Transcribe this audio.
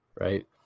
right